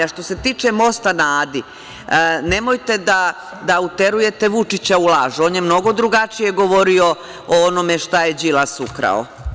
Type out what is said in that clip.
Što se tiče „Mosta na Adi“, nemojte da uterujete Vučića u laž, on je mnogo drugačije govorio o onome šta je Đilas ukrao.